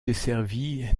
desservie